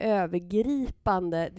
övergripande